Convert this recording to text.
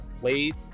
played